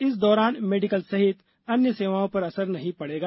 इस दौरान मेडिकल सहित अन्य सेवाओं पर असर नहीं पड़ेगा